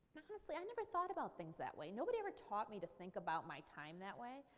honestly, i never thought about things that way. nobody ever taught me to think about my time that way.